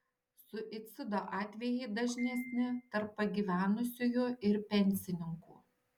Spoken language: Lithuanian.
suicido atvejai dažnesni tarp pagyvenusiųjų ir pensininkų